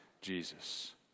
Jesus